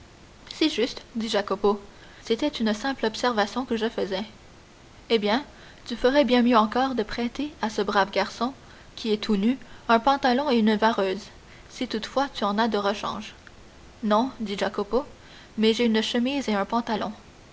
c'est juste dit jacopo c'était une simple observation que je faisais eh bien tu ferais bien mieux encore de prêter à ce brave garçon qui est tout nu un pantalon et une vareuse si toutefois tu en as de rechange non dit jacopo mais j'ai une chemise et un pantalon